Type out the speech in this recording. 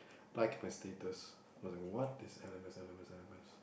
like my status I was like what this L_M_S L_M_S